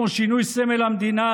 כמו שינוי סמל המדינה,